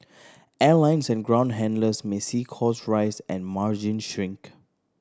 airlines and ground handlers may see costs rise and margins shrink